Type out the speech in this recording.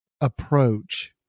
approach